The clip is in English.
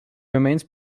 remains